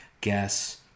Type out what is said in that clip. guess